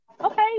okay